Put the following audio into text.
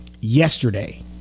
yesterday